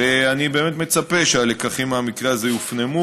ואני מצפה שהלקחים מהמקרה הזה יופנמו